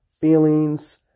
feelings